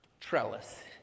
Trellis